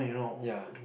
ya